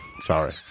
Sorry